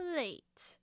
late